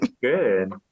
Good